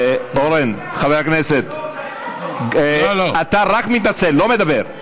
אורן, חבר הכנסת, אתה רק מתנצל, לא מדבר.